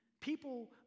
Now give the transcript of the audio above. people